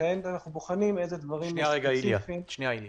כעת אנחנו בוחנים איזה דברים ספציפיים --- שנייה איליה.